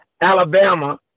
Alabama